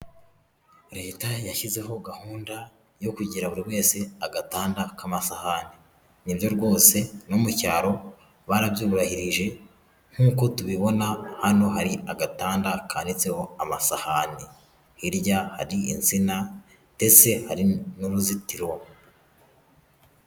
Leta yashyizeho gahunda yo kugira buri wese agatanda k'amasahani. Nibyo rwose no mu cyaro barabyubahirije nkuko tubibona hano hari agatanda kanitseho amasahani, hirya hari insina ndetse hari n'uruzitiro.